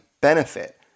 benefit